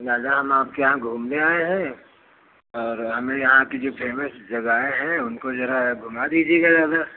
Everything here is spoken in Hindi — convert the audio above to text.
दादा हम आपके यहाँ घूमने आए हैं और हमें यहाँ की जो फेमस जगह है उनको ज़रा घूम दीजिएगा दादा